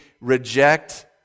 reject